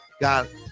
God